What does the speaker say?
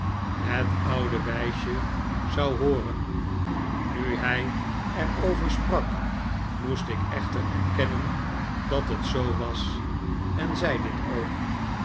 het oude wijsje zou hooren nu hij er over sprak moest ik echter erkennen dat het zoo was en zei dit ook